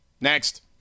Next